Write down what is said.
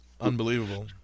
unbelievable